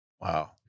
Wow